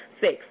six